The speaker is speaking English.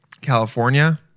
California